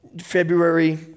February